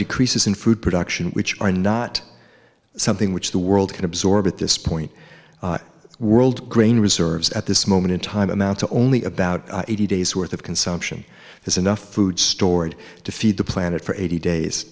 decreases in food production which are not something which the world can absorb at this point world grain reserves at this moment in time amount to only about eighty days worth of consumption there's enough food stored to feed the planet for eighty days